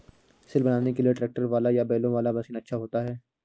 सिल बनाने के लिए ट्रैक्टर वाला या बैलों वाला मशीन अच्छा होता है?